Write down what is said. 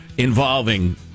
involving